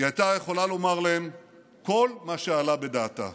היא הייתה יכולה לומר להם כל מה שעלה בדעתה.